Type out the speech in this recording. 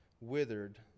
withered